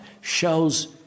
shows